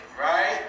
Right